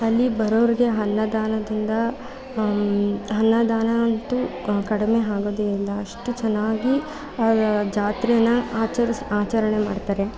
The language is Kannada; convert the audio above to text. ಅಲ್ಲಿ ಬರೋರಿಗೆ ಅನ್ನದಾನದಿಂದ ಅನ್ನದಾನ ಅಂತೂ ಕಡಿಮೆ ಆಗೋದೇ ಇಲ್ಲ ಅಷ್ಟು ಚೆನ್ನಾಗಿ ಜಾತ್ರೆಯ ಆಚರಿಸು ಆಚರಣೆ ಮಾಡ್ತಾರೆ